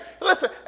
Listen